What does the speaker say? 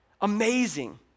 Amazing